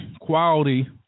quality